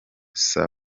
saa